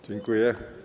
Dziękuję.